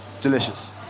delicious